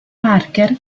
parker